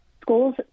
Schools